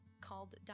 called